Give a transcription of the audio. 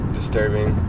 disturbing